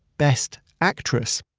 best actress,